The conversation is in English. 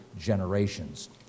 generations